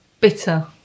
Bitter